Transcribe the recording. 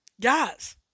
Guys